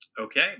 Okay